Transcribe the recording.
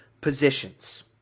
positions